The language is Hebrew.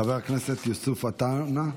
חבר הכנסת יוסף עטאונה.